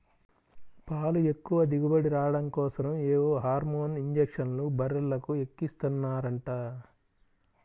పాలు ఎక్కువ దిగుబడి రాడం కోసరం ఏవో హార్మోన్ ఇంజక్షన్లు బర్రెలకు ఎక్కిస్తన్నారంట